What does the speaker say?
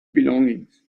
belongings